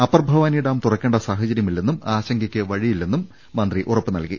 upper Bhavani dam തുറക്കേണ്ട സാഹചര്യമില്ലെന്നും ആശങ്കയ്ക്ക് വഴിയില്ലെന്നും ്രമന്ത്രി ഉറപ്പുനൽകി